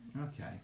Okay